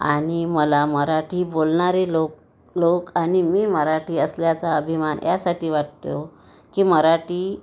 आणि मला मराठी बोलणारे लोक लोक आणि मी मराठी असल्याचा अभिमान यासाठी वाटतो की मराठी